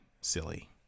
Silly